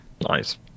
Nice